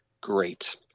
great